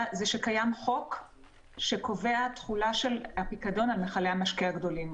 זה שקיים חוק שקובע תחולה של הפיקדון על מכלי המשקה הגדולים.